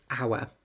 hour